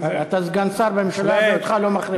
אתה סגן שר בממשלה, ואותך לא מחרימים.